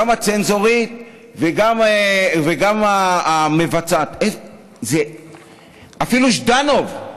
גם הצנזורית וגם המבצעת, את זה אפילו ז'דנוב,